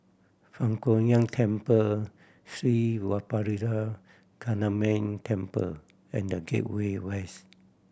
Fang Huo Yuan Temple Sri Vadapathira Kaliamman Temple and The Gateway West